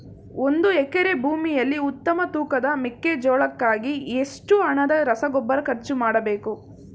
ಒಂದು ಎಕರೆ ಭೂಮಿಯಲ್ಲಿ ಉತ್ತಮ ತೂಕದ ಮೆಕ್ಕೆಜೋಳಕ್ಕಾಗಿ ಎಷ್ಟು ಹಣದ ರಸಗೊಬ್ಬರ ಖರ್ಚು ಮಾಡಬೇಕು?